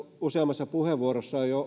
useammassa puheenvuorossa on jo